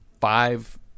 five